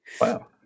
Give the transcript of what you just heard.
Wow